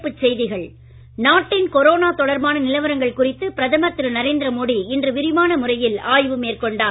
தலைப்புச்செய்திகள் நாட்டின் கொரோனா தொடர்பான நிலவரங்கள் குறித்து பிரதமர் திரு நரேந்திர மோடி இன்று விரிவான முறையில் ஆய்வு மேற்கொண்டார்